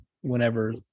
whenever